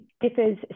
differs